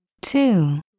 Two